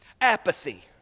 apathy